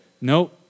No